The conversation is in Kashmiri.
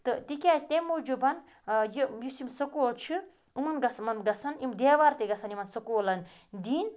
تہِ کیازِ تمہِ موٗجوٗبَن یہِ یُس یِم سکول چھِ یِمَن گَژھَن یِمَن گَژھَن یِم دیوار تہِ گَژھَن یِمَن سکولَن دِنۍ